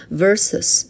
versus